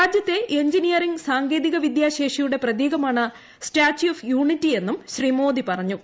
രാജ്യത്തെ എഞ്ചിനീയിറിംഗ് സാങ്കേതിക വിദ്യാ ശേഷിയുടെ പ്രതീകമാണ് സ്റ്റ്യാച്ചു ഓഫ് യൂണിറ്റി എന്നും ശ്രീ മോദ്ടി പറഞ്ഞു